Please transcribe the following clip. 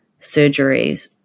surgeries